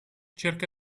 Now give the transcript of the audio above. cerca